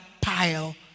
pile